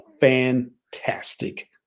fantastic